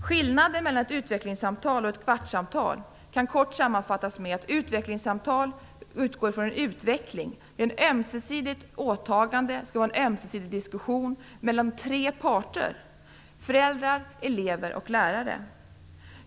Skillnaden mellan ett utvecklingssamtal och ett kvartssamtal kan kort sammanfattas med att ett utvecklingssamtal utgår från en utveckling. Det är ett ömsesidigt åtagande och en ömsesidig diskussion mellan tre parter - föräldrar, elever och lärare.